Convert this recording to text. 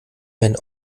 wenn